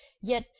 yet,